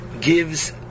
gives